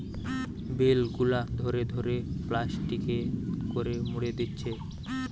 bell গুলা ধরে ধরে প্লাস্টিকে করে মুড়ে দিচ্ছে